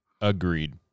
agreed